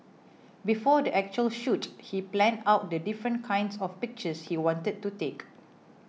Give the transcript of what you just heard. before the actual shoot he planned out the different kinds of pictures he wanted to take